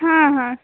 हां हां